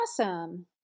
Awesome